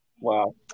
wow